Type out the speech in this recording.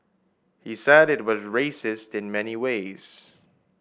he said it was racist in many ways